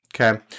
Okay